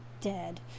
dead